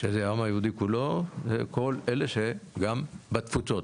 העם היהודי כולו זה כל אלו שגם בתפוצות,